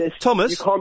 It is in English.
Thomas